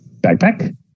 Backpack